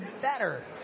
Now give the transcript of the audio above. better